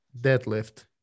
Deadlift